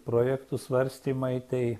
projektų svarstymai tai